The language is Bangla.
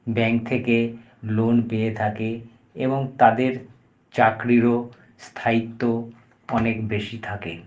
ব্যাঙ্ক থেকে লোন পেয়ে থাকে এবং তাদের চাকরিরও স্থায়িত্ব অনেক বেশী থাকে